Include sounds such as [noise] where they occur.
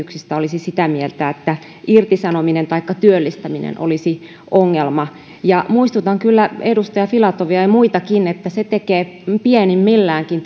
yrityksistä olisi sitä mieltä että irtisanominen taikka työllistäminen olisi ongelma muistutan kyllä edustaja filatovia ja muitakin että se tekee pienimmilläänkin [unintelligible]